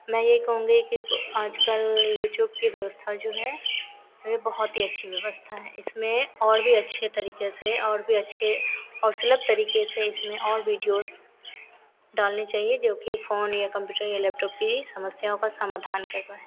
मैं यह कहूँगी कि आजकल यूट्यूब की व्यवस्था जो है वह बहुत ही अच्छी व्यवस्था है इसमें और भी अच्छे तरीके से और भी अच्छे और सुलभ तरीके से इसमें और वीडियोज़ डालने चाहिए जोकि फ़ोन या कम्प्यूटर या लैपटॉप की समस्याओं का समाधान कर पाए